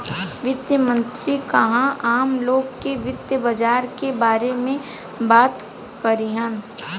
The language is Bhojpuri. वित्त मंत्री काल्ह आम लोग से वित्त बाजार के बारे में बात करिहन